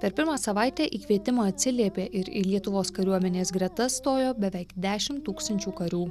per pirmą savaitę į kvietimą atsiliepė ir į lietuvos kariuomenės gretas stojo beveik dešimt tūkstančių karių